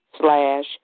slash